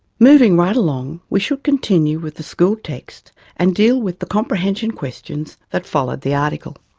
moving right along, we should continue with the school text and deal with the comprehension questions that followed the article.